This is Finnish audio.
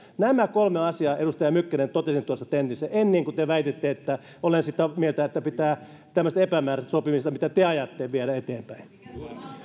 nämä kolme asiaa edustaja mykkänen totesin tuossa tentissä en niin kuin te väititte että olen sitä mieltä että pitää tämmöistä epämääräistä sopimista mitä te ajatte viedä eteenpäin